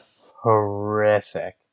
horrific